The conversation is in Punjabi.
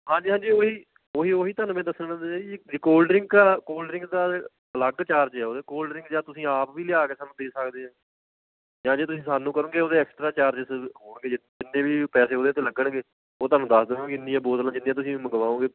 ਹਾਂਜੀ ਹਾਂਜੀ ਉਹ ਹੀ ਉਹ ਹੀ ਉਹ ਹੀ ਤੁਹਾਨੂੰ ਮੈਂ ਦੱਸਣਾ ਤਾਂ ਜੀ ਜੇ ਕੋਲਡਰਿੰਕ ਆ ਕੋਲਡਰਿੰਕ ਦਾ ਅਲੱਗ ਚਾਰਜ ਆ ਉਹਦੇ ਕੋਲਡਰਿੰਕ ਜਾਂ ਤੁਸੀਂ ਆਪ ਵੀ ਲਿਆ ਕੇ ਸਾਨੂੰ ਦੇ ਸਕਦੇ ਆ ਜਾਂ ਜੇ ਤੁਸੀਂ ਸਾਨੂੰ ਕਰੋਗੇ ਉਹਦੇ ਐਕਸਟਰਾ ਚਾਰਜਿਸ ਹੋਣਗੇ ਜਿੰਨੇ ਵੀ ਪੈਸੇ ਉਹਦੇ 'ਤੇ ਲੱਗਣਗੇ ਉਹ ਤੁਹਾਨੂੰ ਦੱਸ ਦੇਣਗੇ ਇੰਨੀਆਂ ਬੋਤਲਾਂ ਜਿੰਨੀਆਂ ਤੁਸੀਂ ਮੰਗਵਾਓਗੇ